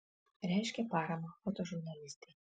reiškė paramą fotožurnalistei